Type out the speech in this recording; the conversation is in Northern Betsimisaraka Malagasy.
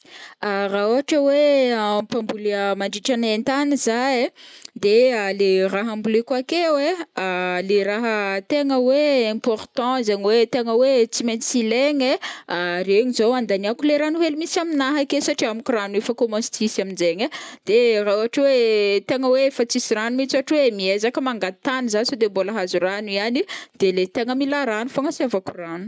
Ra ôhatra hoe ampambolea mandritra ny haintany za ai, de le raha amboleko akeo ai le raha tegna oe important zegny oe tegna oe tsy maintsy ilaigny ai, regny zao andagniako le rano hely misy aminah ake satria amko rano efa commence tsisy amjaigny ai de ra ôhatra oe tegna oe efa tsisy rano mintsy ôhatra oe miezaka mangady tany za sode mbola ahazo rano ihany de le tegna mila ragno fôgna asiavako rano.